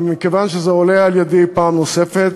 ומכיוון שזה עולה על-ידי פעם נוספת,